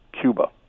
Cuba